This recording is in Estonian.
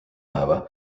päeva